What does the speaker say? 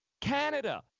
Canada